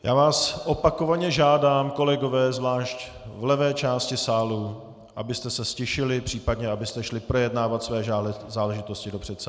Já vás opakovaně žádám, kolegové, zvlášť v levé části sálu, abyste se ztišili, případně abyste šli projednávat své záležitosti do předsálí.